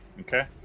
Okay